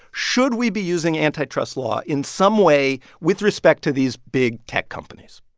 should we be using antitrust law in some way with respect to these big tech companies?